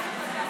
לא,